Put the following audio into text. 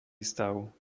stav